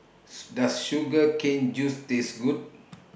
Does Sugar Cane Juice Taste Good